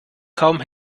kaum